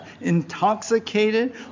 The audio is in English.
intoxicated